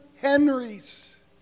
Henry's